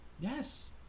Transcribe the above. Yes